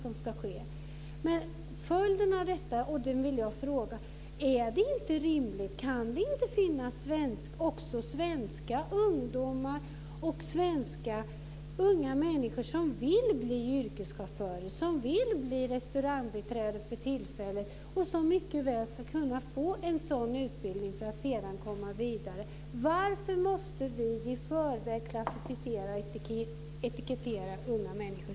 Är det inte rimligt, kan det inte finnas, också svenska ungdomar som vill bli yrkeschaufförer, som vill bli restaurangbiträden och som mycket väl skulle kunna få en sådan utbildning för att sedan gå vidare? Varför måste vi i förväg klassificera, etikettera, unga människor?